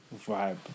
vibe